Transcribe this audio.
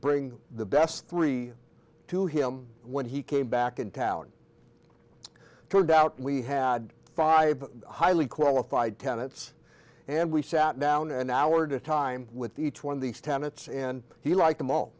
bring the best three to him when he came back in town turned out we had five highly qualified candidates and we sat down an hour to time with each one of these tenets and he liked them all